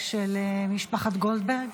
-- של משפחת גולדברג,